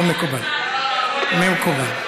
לא מקובל.